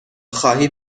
خواهی